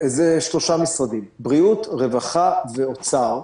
הכתובת אלה שלושה משרדים: בריאות, רווחה ואוצר.